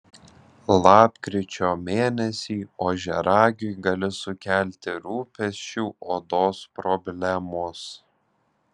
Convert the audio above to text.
lapkričio mėnesį ožiaragiui gali sukelti rūpesčių odos problemos